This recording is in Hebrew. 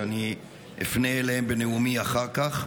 שאני אפנה אליהן בנאומי אחר כך,